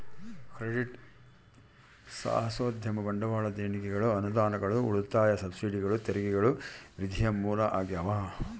credit ಸಾಹಸೋದ್ಯಮ ಬಂಡವಾಳ ದೇಣಿಗೆಗಳು ಅನುದಾನಗಳು ಉಳಿತಾಯ ಸಬ್ಸಿಡಿಗಳು ತೆರಿಗೆಗಳು ನಿಧಿಯ ಮೂಲ ಆಗ್ಯಾವ